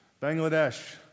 bangladesh